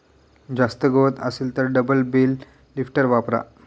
जास्त गवत असेल तर डबल बेल लिफ्टर वापरा